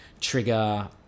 trigger